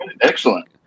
Excellent